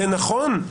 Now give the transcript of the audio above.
זה נכון,